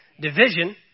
division